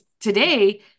Today